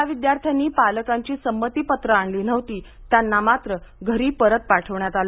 ज्या विद्यार्थ्यांनी पालकांची संमतीपत्र आणली नव्हती त्यांना मात्र घरी परत पाठवण्यात आलं